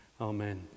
amen